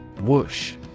Whoosh